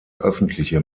öffentliche